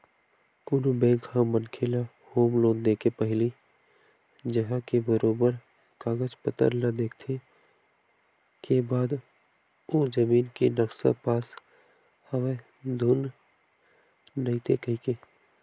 कोनो बेंक ह मनखे ल होम लोन देके पहिली जघा के बरोबर कागज पतर ल देखथे के ओ जमीन के नक्सा पास हवय धुन नइते कहिके